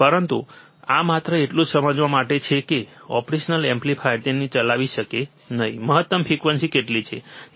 પરંતુ આ માત્ર એટલું સમજવા માટે છે કે ઓપરેશનલ એમ્પ્લીફાયર તેને ચલાવી શકે તેવી મહત્તમ ફ્રીક્વન્સી કેટલી છે